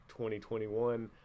2021